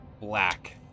black